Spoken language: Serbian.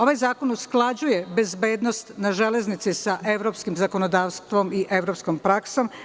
Ovaj zakon usklađuje bezbednost na železnici sa evropskim zakonodavstvom i evropskom praksom.